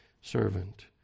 servant